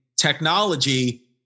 technology